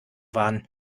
waren